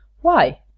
Why